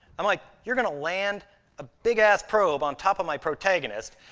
i'm like, you're gonna land a big-ass probe on top of my protagonist.